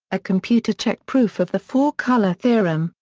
a computer-checked proof of the four colour theorem,